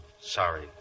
sorry